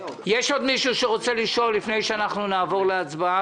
יש עוד מישהו שרוצה לשאול לפני שאנחנו נעבור להצבעה?